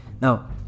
now